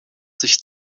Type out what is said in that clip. sich